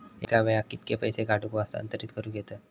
एका वेळाक कित्के पैसे काढूक व हस्तांतरित करूक येतत?